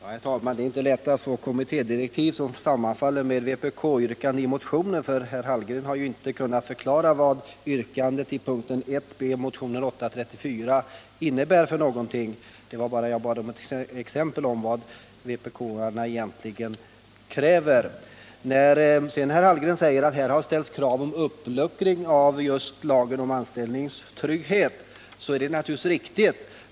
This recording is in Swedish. Herr talman! Det är inte lätt att få kommittédirektiven att sammanfalla med yrkandet i vpk-motionen, för herr Hallgren har inte ens kunnat förklara vad yrkandet I bi motionen 834 innebär. Jag bad om ett exempel på vad vpk egentligen kräver. Herr Hallgren påstår att krav har ställts från visst håll på en uppluckring av lagen om anställningstrygghet, och det är naturligtvis ett riktigt påstående.